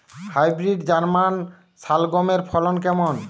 Hybrid German শালগম এর ফলন কেমন?